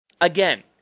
Again